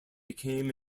became